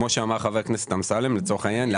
כמו שאמר חבר הכנסת אמסלם לצורך העניין,